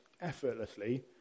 effortlessly